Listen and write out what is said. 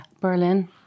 Berlin